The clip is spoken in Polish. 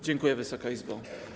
Dziękuję, Wysoka Izbo.